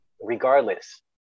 regardless